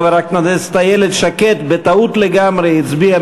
חברת הכנסת איילת שקד בטעות לגמרי הצביעה